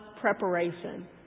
preparation